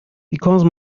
because